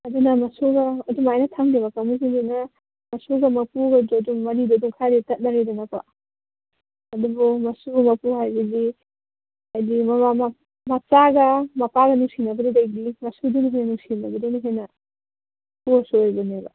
ꯑꯗꯨꯅ ꯃꯁꯨꯗꯣ ꯑꯗꯨꯃꯥꯏꯅ ꯊꯝꯈꯤꯕ ꯀꯥꯡꯕꯨꯁꯤꯡꯁꯤꯅ ꯃꯁꯨꯒ ꯃꯄꯨꯒꯤ ꯃꯔꯤꯗꯣ ꯑꯗꯨꯝ ꯈꯔꯗꯤ ꯇꯠꯅꯔꯦꯗꯅꯀꯣ ꯑꯗꯨꯕꯨ ꯃꯁꯨꯒ ꯃꯄꯨꯒ ꯍꯥꯏꯕꯗꯤ ꯍꯥꯏꯗꯤ ꯃꯃꯥ ꯃꯆꯥꯒ ꯃꯄꯥꯒ ꯅꯨꯡꯁꯤꯅꯕꯗꯨꯗꯩꯗꯤ ꯃꯁꯨꯗꯨꯅ ꯍꯦꯟꯅ ꯅꯨꯡꯁꯤꯅꯕꯗꯨꯅ ꯍꯦꯟꯅ ꯀ꯭ꯂꯣꯁ ꯑꯣꯏꯕꯅꯦꯕ